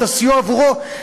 את הסיוע עבורו,